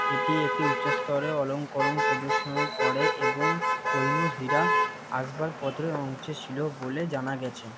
এটি একটি উচ্চ স্তরের অলঙ্করণ প্রদর্শন করে এবং কোহিনূর হীরা আসবাবপত্রের অংশ ছিল বলে জানা গেছে